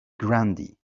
grandee